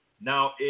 Now